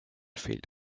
fehlt